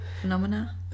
phenomena